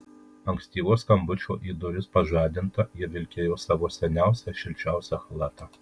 ankstyvo skambučio į duris pažadinta ji vilkėjo savo seniausią šilčiausią chalatą